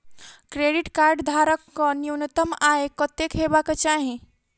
Credit card धारक कऽ न्यूनतम आय कत्तेक हेबाक चाहि?